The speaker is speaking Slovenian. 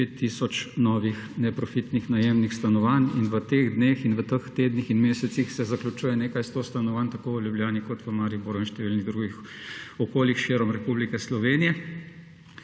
5 tisoč novih neprofitnih najemnih stanovanj. In v teh dneh in v teh tednih in mesecih se zaključuje nekaj 100 stanovanj tako v Ljubljani kot v Mariboru in številnih drugih okoljih širom Republike Slovenije.